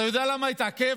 אתה יודע למה הוא התעכב?